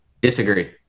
Disagree